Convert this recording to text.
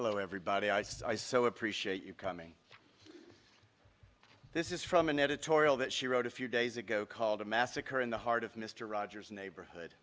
hello everybody i so appreciate you coming this is from an editorial that she wrote a few days ago called a massacre in the heart of mr rogers neighborhood